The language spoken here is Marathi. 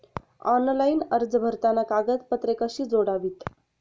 ऑनलाइन अर्ज भरताना कागदपत्रे कशी जोडावीत?